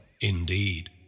Indeed